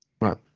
Right